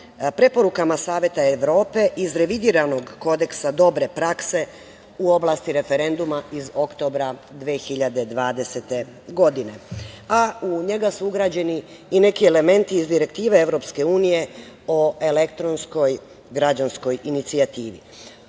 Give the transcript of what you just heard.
preporukama Saveta Evrope iz revidiranog kodeksa dobre prakse u oblasti referenduma, iz oktobra 2020. godine. U njega su ugrađeni i neki elementi i direktive EU o elektronskoj građanskoj inicijativi. Ovo